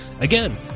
Again